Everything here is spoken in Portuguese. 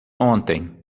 ontem